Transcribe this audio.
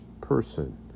person